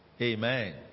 Amen